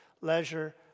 leisure